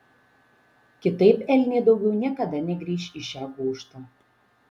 kitaip elniai daugiau niekada negrįš į šią gūžtą